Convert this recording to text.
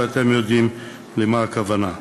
ואתם יודעים למה הכוונה.